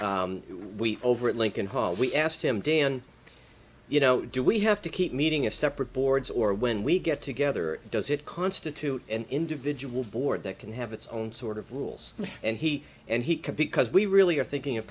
we over at lincoln hall we asked him dan you know do we have to keep meeting a separate boards or when we get together does it constitute an individual board that can have its own sort of rules and he and he could because we really are thinking of